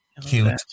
cute